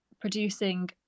producing